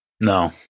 No